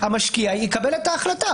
שהמשקיע יקבל את ההחלטה.